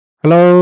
Hello